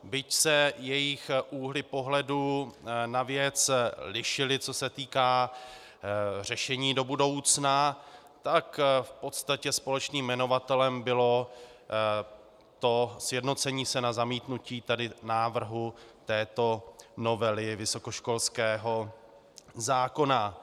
Byť se jejich úhly pohledu na věc lišily, co se týká řešení do budoucna, tak v podstatě společným jmenovatelem bylo sjednocení se na zamítnutí návrhu této novely vysokoškolského zákona.